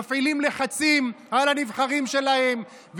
מפעילים לחצים על הנבחרים שלהם,